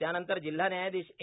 त्यानंतर जिल्हा न्यायाधीश ए